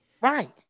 right